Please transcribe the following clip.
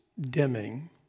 dimming